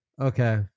okay